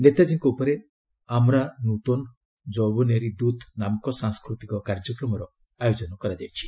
ନେତାଜୀଙ୍କ ଉପରେ 'ଆମରା ନୂତୋନ୍ ଯୌବୋନେରୀ ଦୃତ୍' ନାମକ ସାଂସ୍କୃତିକ କାର୍ଯ୍ୟକ୍ରମର ଆୟୋଜନ କରାଯାଇଛି